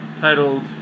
titled